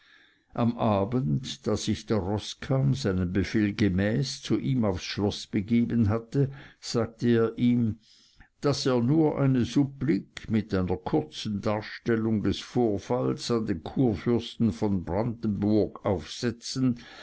am abend da sich der roßkamm seinem befehl gemäß zu ihm aufs schloß begeben hatte sagte er ihm daß er nur eine supplik mit einer kurzen darstellung des vorfalls an den kurfürsten von brandenburg aufsetzen